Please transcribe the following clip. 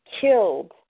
killed